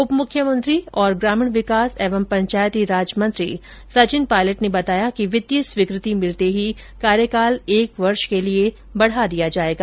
उपमुख्यमंत्री और ग्रामीण विकास एवं पंचायती राज मंत्री सचिन पायलट ने बताया कि वित्तीय स्वीकृति मिलते ही कार्यकाल एक वर्ष के लिए बढ़ा दिया जाएगा